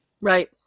Right